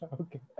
Okay